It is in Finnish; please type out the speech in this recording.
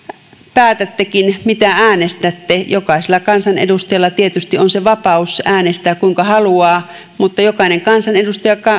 päätättekin mitä äänestätte jokaisella kansanedustajalla tietysti on se vapaus äänestää kuinka haluaa jokainen kansanedustaja